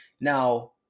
Now